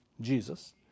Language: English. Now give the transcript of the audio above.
Jesus